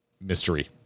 mystery